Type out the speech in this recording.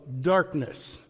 darkness